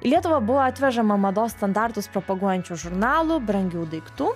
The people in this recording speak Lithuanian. į lietuvą buvo atvežama mados standartus propaguojančių žurnalų brangių daiktų